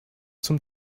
zum